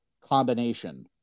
combination